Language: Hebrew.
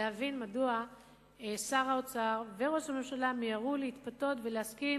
להבין מדוע שר האוצר וראש הממשלה מיהרו להתפתות ולהסכים